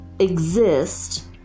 exist